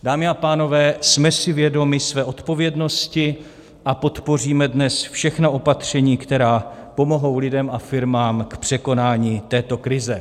Dámy a pánové, jsme si vědomi své odpovědnosti a podpoříme dnes všechna opatření, která pomohou lidem a firmám k překonání této krize.